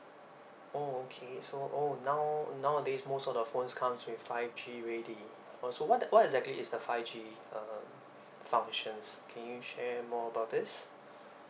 oh okay so oh now nowadays most of the phones comes with five G ready oh so what what exactly is the five G uh functions can you share more about this